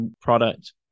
product